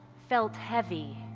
felt heavy.